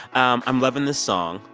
um i'm loving this song.